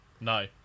No